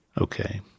Okay